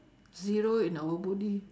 zero in our body